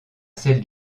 celle